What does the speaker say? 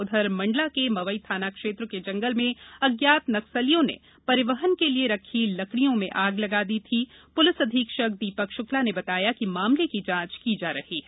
उधर मंडला के मवई थाना क्षेत्र के जंगल में अज्ञात नक्सलियों ने परिवहन के लिये रखी लकड़ियों में आग लगा दी प्लिस अधीक्षक दीपक श्क्ला ने बताया कि मामले की जाँच की जा रही है